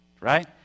right